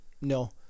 no